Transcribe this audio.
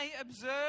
observe